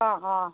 অঁ অঁ